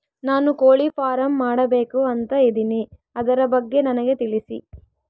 ನಾನು ಕೋಳಿ ಫಾರಂ ಮಾಡಬೇಕು ಅಂತ ಇದಿನಿ ಅದರ ಬಗ್ಗೆ ನನಗೆ ತಿಳಿಸಿ?